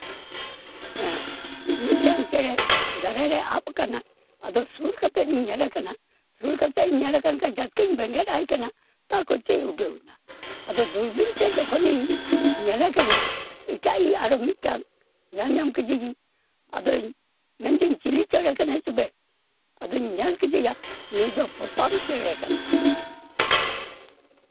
ᱦᱮᱸ ᱢᱤᱫᱴᱟᱝ ᱪᱮᱬᱮ ᱫᱟᱨᱮ ᱨᱮ ᱟᱵ ᱠᱟᱱᱟᱭ ᱟᱫᱚ ᱥᱩᱨ ᱠᱟᱛᱮ ᱤᱧ ᱧᱮᱞᱮ ᱠᱟᱱᱟ ᱥᱩᱨ ᱠᱟᱛᱮᱧ ᱧᱮᱞᱮ ᱠᱟᱱ ᱠᱷᱟᱡ ᱫᱚ ᱡᱟᱹᱥᱛᱤᱧ ᱵᱮᱸᱜᱮᱫ ᱟᱭ ᱠᱟᱱᱟ ᱛᱟ ᱠᱚᱛᱛᱮᱭ ᱩᱰᱟᱹᱣᱮᱱᱟ ᱟᱫᱚ ᱵᱩᱞᱵᱤᱞ ᱛᱮ ᱡᱚᱠᱷᱚᱱᱤᱧ ᱧᱮᱞᱮ ᱠᱟᱱᱟ ᱮᱴᱟᱜ ᱤᱡ ᱟᱨᱚ ᱢᱤᱫᱴᱟᱝ ᱧᱮᱞ ᱧᱟᱢ ᱠᱮᱫᱮᱭᱤᱧ ᱟᱫᱚᱧ ᱢᱮᱱᱫᱤᱧ ᱪᱤᱞᱤ ᱪᱮᱬᱮ ᱠᱟᱱᱟᱭ ᱛᱚᱵᱮ ᱟᱫᱚᱧ ᱧᱞ ᱠᱮᱫᱮᱭᱟ ᱱᱩᱭ ᱫᱚ ᱯᱚᱛᱟᱢ ᱪᱮᱬᱮ ᱠᱟᱱᱟᱭ